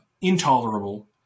intolerable